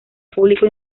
público